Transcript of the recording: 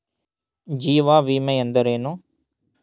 ಜೀವ ವಿಮೆ ಎಂದರೇನು?